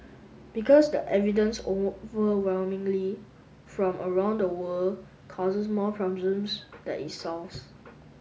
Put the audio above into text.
because the evidence overwhelmingly from around the world causes more problems than it solves